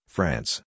France